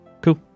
Cool